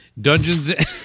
Dungeons